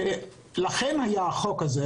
לכן היה החוק הזה,